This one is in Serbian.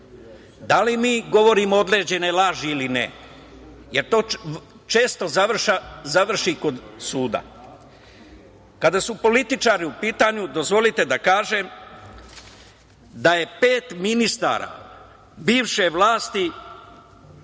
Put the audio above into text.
da li mi govorimo određene laži ili ne, jer to često završi kod suda. Kada su političari u pitanju, dozvolite da kažem da je pet ministara bivše vlasti